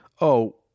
Oh